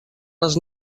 les